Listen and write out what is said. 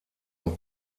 und